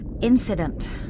incident